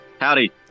Howdy